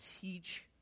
teach